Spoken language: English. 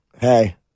hey